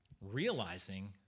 realizing